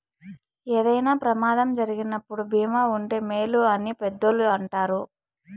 ఏదైనా ప్రమాదం జరిగినప్పుడు భీమా ఉంటే మేలు అని పెద్దోళ్ళు అంటారు